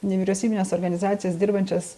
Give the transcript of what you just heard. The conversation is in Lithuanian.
nevyriausybines organizacijas dirbančias